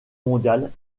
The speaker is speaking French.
mondiale